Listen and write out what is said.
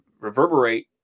reverberate